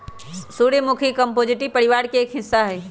सूर्यमुखी कंपोजीटी परिवार के एक हिस्सा हई